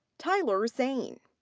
tyhlar sain.